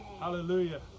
Hallelujah